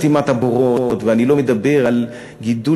אני לא מדבר על סתימת הבורות,